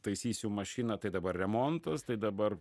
taisysiu mašiną tai dabar remontas tai dabar